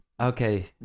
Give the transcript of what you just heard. Okay